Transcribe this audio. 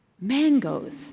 Mangoes